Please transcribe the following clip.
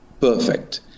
perfect